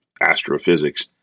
astrophysics